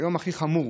היום הכי חמור,